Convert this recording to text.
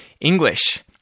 English